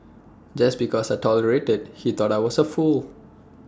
just because I tolerated he thought I was A fool